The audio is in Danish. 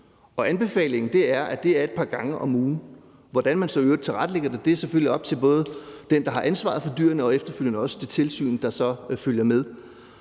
anbefalingen er, at det er et par gange om ugen. Hvordan man så i øvrigt tilrettelægger det, er selvfølgelig op til både den, der har ansvaret for dyrene, og efterfølgende også det tilsyn, der så følger med.